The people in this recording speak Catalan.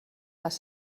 les